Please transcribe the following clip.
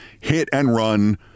hit-and-run